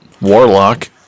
Warlock